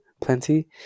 plenty